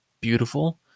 beautiful